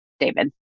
David